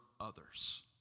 others